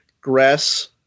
grass